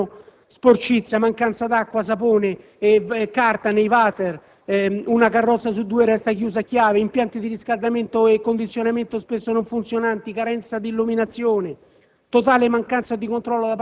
Su tutti i treni si registrano sporcizia, mancanza d'acqua, di sapone e carta nei bagni; una carrozza su due chiusa a chiave; impianti di riscaldamento e condizionamento spesso non funzionanti; carenza di illuminazione;